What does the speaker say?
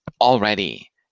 already